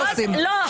לא,